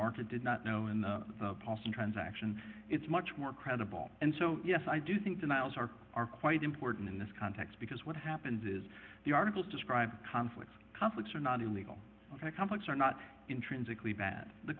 market did not know in the paulson transaction it's much more credible and so yes i do think the nile's are are quite important in this context because what happens is the articles describe conflicts conflicts are not a legal complex are not intrinsically bad the